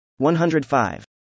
105